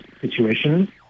situation